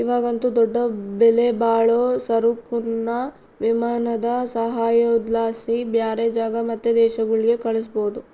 ಇವಾಗಂತೂ ದೊಡ್ಡ ಬೆಲೆಬಾಳೋ ಸರಕುನ್ನ ವಿಮಾನದ ಸಹಾಯುದ್ಲಾಸಿ ಬ್ಯಾರೆ ಜಾಗ ಮತ್ತೆ ದೇಶಗುಳ್ಗೆ ಕಳಿಸ್ಬೋದು